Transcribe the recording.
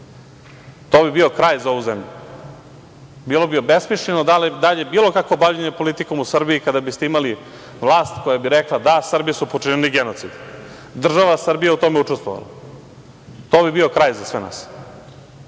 To bi bio kraj za ovu zemlju. Bilo bi obesmišljeno dalje bilo kakvo bavljenje politikom u Srbiji kada biste imali vlast koja bi rekla – da, Srbi su počinili genocid, država Srbija je u tome učestvovala. To bi bio kraj za sve nas.